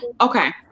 Okay